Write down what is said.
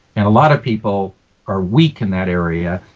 and a lot of people are weak in that area.